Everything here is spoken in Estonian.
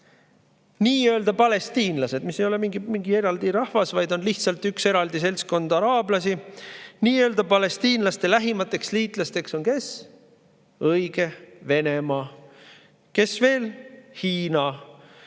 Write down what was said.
Nii-öelda palestiinlased ei ole mingi eraldi rahvas, vaid lihtsalt üks eraldi seltskond araablasi. Nii-öelda palestiinlaste lähimad liitlased on kes? Õige – Venemaa. Kes veel? Hiina.